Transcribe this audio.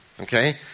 okay